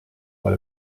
but